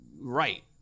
right